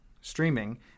streaming